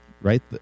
right